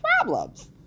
problems